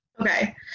Okay